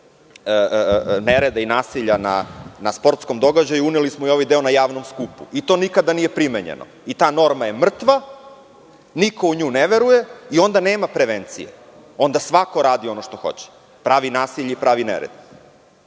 nereda i nasilja na sportskom događaju, uneli smo ovaj deo na javnom skupu i to nikada nije primenjeno. Ta norma je mrtva. Niko u nju ne veruje i onda nema prevencije, onda svako radi ono što hoće. Pravi nasilje i pravi nered.